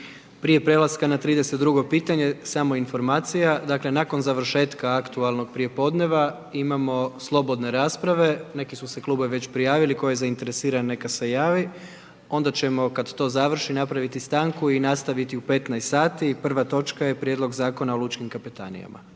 Prije prelaska na 32. pitanje, samo informacija, nakon završetka aktualnog prijepodneva, imamo slobodne rasprave, neki su se klubovi već prijavili, tko je zainteresiran neka se javi, onda ćemo kada to završi napraviti stanku i nastaviti u 15,00 sati prva točka je Prijedlog Zakona o lučkim kapetanijama.